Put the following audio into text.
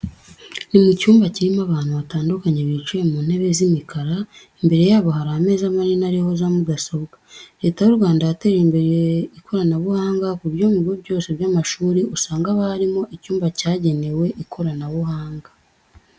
Ni mu cyumba kirimo abantu batandukanye bicaye mu ntebe z'imikara, imbere yabo hari ameza manini ariho za mudasobwa. Leta y'u Rwanda yateje imbere ikoranabuhanga ku buryo mu bigo byose by'amashuri usanga haba harimo icyumba cyagenewe ikoranabuhanga.